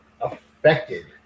affected